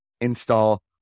install